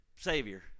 savior